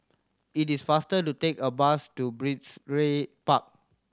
it is faster to take a bus to Park